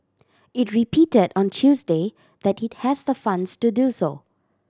it repeated on Tuesday that it has the funds to do so